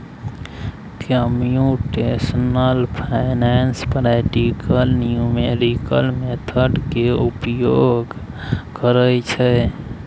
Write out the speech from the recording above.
computational finance practical numerical method के उपयोग करइ छइ